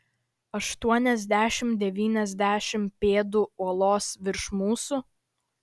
aštuoniasdešimt devyniasdešimt pėdų uolos virš mūsų